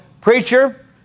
preacher